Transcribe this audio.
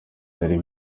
byari